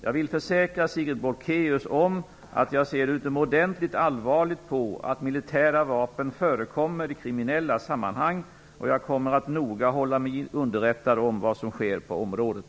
Jag vill försäkra Sigrid Bolkéus om att jag ser utomordentligt allvarligt på att militära vapen förekommer i kriminella sammanhang, och jag kommer att noga hålla mig underrättad om vad som sker på området.